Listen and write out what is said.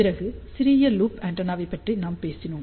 பிறகு சிறிய லூப் ஆண்டெனாவைப் பற்றி நாம் பேசினோம்